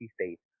states